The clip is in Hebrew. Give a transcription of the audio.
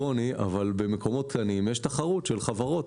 - שהם מקומות קטנים ושם יש תחרות של חברות.